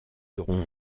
auront